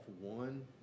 one